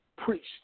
preached